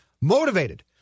motivated